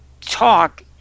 talk